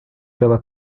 pela